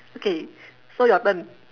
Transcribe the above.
okay so your turn